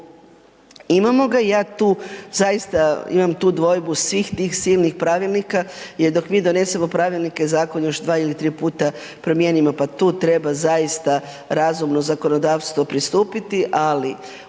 imamo ga i ja tu zaista imam tu dvojbu svih tih silnih pravilnika jer dok mi donesemo pravilnike zakon još dva ili tri puta promijenimo pa tu treba zaista razumno zakonodavstvu pristupiti, ali